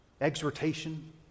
exhortation